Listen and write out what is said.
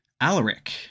Alaric